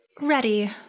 Ready